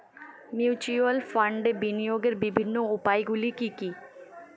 Mutual ফান্ডে বিনিয়োগের বিভিন্ন উপায়গুলি কি কি?